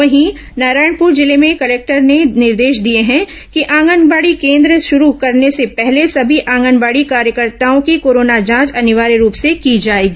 वहीं नारायणपुर जिले में कलेक्टर ने निर्देश दिए हैं कि आंगनबाड़ी केन्द्र शुरू करने से पहले सभी आंगनबाडी कार्यकताओं की कोरोना जांच अनिवार्य रूप से की जाएगी